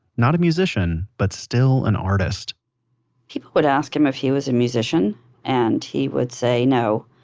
not a musician, but still an artist people would ask him if he was a musician and he would say, no,